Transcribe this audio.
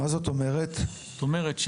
זאת אומרת,